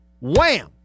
wham